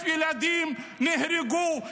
יותר מ-17,000 ילדים נהרגו,